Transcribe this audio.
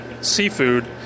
seafood